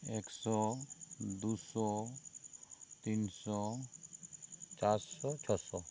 ᱮᱠ ᱥᱚ ᱫᱩ ᱥᱚ ᱛᱤᱱ ᱥᱚ ᱪᱟᱨ ᱥᱚ ᱪᱷᱚ ᱥᱚ